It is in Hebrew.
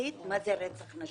הבסיסית של מה זה רצח נשים,